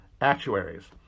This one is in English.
actuaries